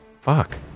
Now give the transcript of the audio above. Fuck